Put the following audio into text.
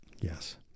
yes